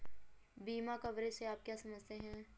बीमा कवरेज से आप क्या समझते हैं?